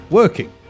working